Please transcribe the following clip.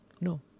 No